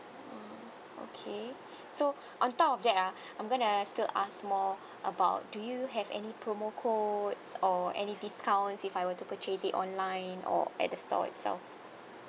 mmhmm okay so on top of that ah I'm gonna still ask more about do you have any promo codes or any discounts if I were to purchase it online or at the store itself